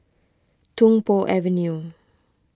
Tung Po Avenue